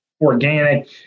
organic